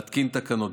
להתקין תקנות,